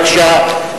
בבקשה,